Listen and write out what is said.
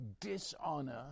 dishonor